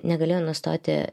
negalėjo nustoti